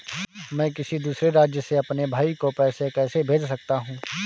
मैं किसी दूसरे राज्य से अपने भाई को पैसे कैसे भेज सकता हूं?